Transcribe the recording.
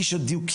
אי של דו-קיום,